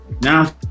now